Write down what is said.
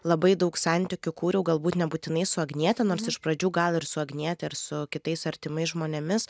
labai daug santykių kūriau galbūt nebūtinai su agniete nors iš pradžių gal ir su agniete ar su kitais artimais žmonėmis